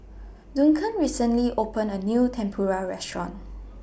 Duncan recently opened A New Tempura Restaurant